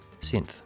Synth